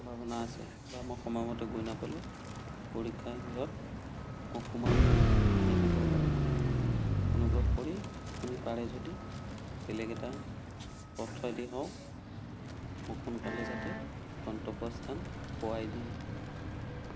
সম্ভাৱনা আছে বা মই সময়মতে গৈ নাপালে পৰীক্ষাগৃহত মোক সোমাবলৈ নিদিব পাৰে অনুগ্ৰহ কৰি আপুনি পাৰে যদি বেলেগ এটা পথেদি হওঁক মোক সোনকালে যাতে গন্তব্যস্থান পোৱাই দিয়ে